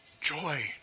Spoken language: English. Joy